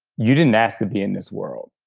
you didn't ask to be in this world,